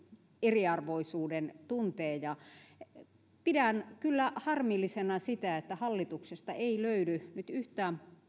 eriarvoisuuden tunteen pidän kyllä harmillisena sitä että hallituksesta ei löydy nyt yhtään